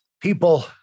people